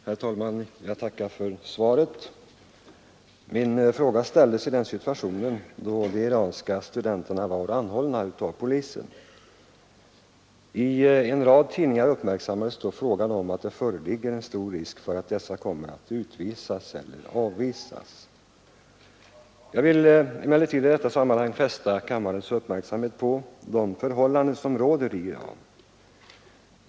Herr talman! Jag tackar för svaret. Min fråga ställdes i den situationen då de iranska studenterna var anhållna av polisen. I en rad tidningar uppmärksammades då det faktum att det föreligger en stor risk för att dessa kommer att utvisas eller avvisas. Jag vill emellertid i detta sammanhang fästa kammarens uppmärksamhet på de förhållanden som råder i Iran.